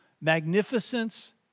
Magnificence